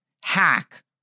hack